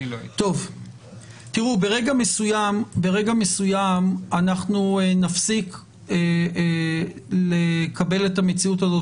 ברגע מסוים אנחנו נפסיק לקבל את המציאות הזאת